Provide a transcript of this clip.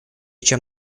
чем